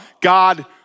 God